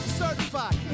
Certified